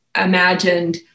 imagined